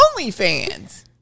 OnlyFans